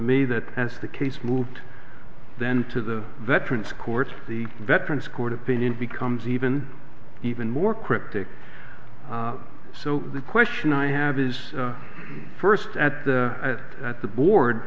me that as the case moved then to the veterans courts the veterans court opinion becomes even even more cryptic so the question i have is first at the at the board